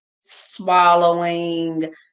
swallowing